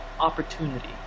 opportunity